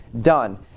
done